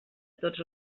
tots